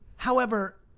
however,